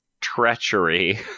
treachery